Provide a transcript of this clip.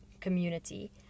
community